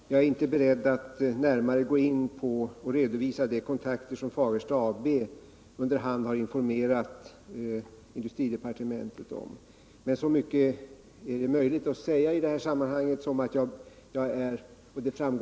Herr talman! Jag är inte beredd att närmare gå in på och redovisa de kontakter som Fagersta AB under hand har informerat industridepartementet om. Men så mycket är det möjligt att säga under hand som att jag — det Herr talman! Jag noterar speciellt de sista meningarna i statsrådets inlägg.